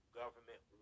government